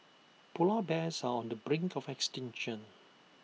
Polar Bears are on the brink of extinction